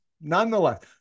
nonetheless